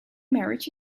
marriage